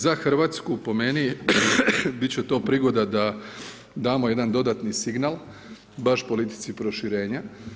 Za Hrvatsku po meni bit će to prigoda da damo jedan dodatni signal baš politici proširenja.